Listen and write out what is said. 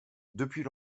depuis